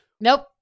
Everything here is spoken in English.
Nope